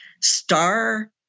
Star